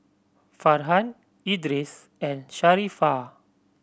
Farhan Idris and Sharifah